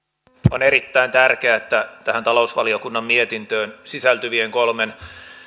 on erittäin tärkeää että tähän talousvaliokunnan mietintöön sisältyvien kolmen